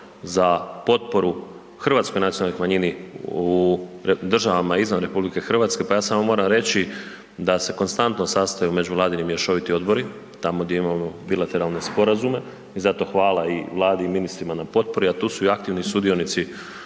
za potporu hrvatskoj nacionalnoj manjini u državama izvan RH, pa ja sam moram reći da se konstantno sastaju međuvladini mješoviti odbori tamo gdje imamo bilateralne sporazume i zato hvala i Vladi i ministrima na potpori a tu su i aktivni sudionici,